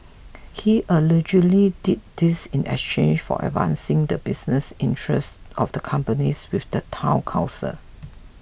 he allegedly did this in exchange for advancing the business interests of the companies with the Town Council